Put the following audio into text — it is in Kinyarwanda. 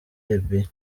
libya